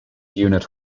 unit